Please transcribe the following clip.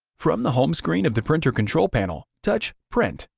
from the home screen of the printer control panel, touch print,